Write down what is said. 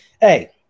hey